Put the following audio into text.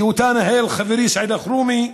שאותה ניהל חברי סעיד אלחרומי,